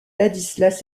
ladislas